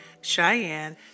Cheyenne